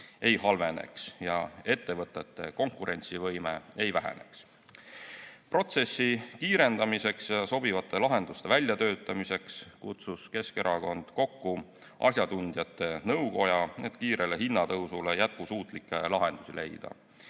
ei halveneks ja ettevõtete konkurentsivõime ei väheneks. Protsessi kiirendamiseks ja sobivate lahenduste väljatöötamiseks kutsus Keskerakond kokku asjatundjate nõukoja, et kiirele hinnatõusule jätkusuutlikke lahendusi leida.